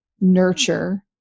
nurture